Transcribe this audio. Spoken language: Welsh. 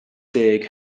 deg